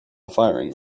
firing